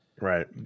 Right